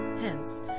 Hence